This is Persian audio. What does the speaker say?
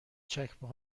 چکمه